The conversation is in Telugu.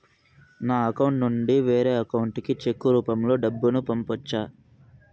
నా అకౌంట్ నుండి వేరే అకౌంట్ కి చెక్కు రూపం లో డబ్బును పంపొచ్చా?